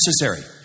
necessary